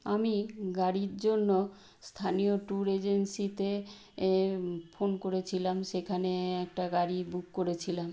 আমি গাড়ির জন্য স্থানীয় ট্যুর এজেন্সিতে এ ফোন করেছিলাম সেখানে একটা গাড়ি বুক করেছিলাম